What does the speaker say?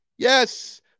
Yes